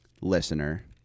listener